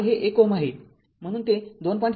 तर R हे १ Ω आहे म्हणून ते २